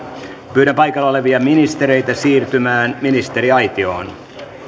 pyydän paikalla olevia ministereitä siirtymään ministeriaitioon